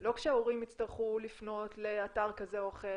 לא כשההורים יצטרכו לפנות לאתר כזה או אחר